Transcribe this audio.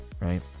right